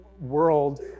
world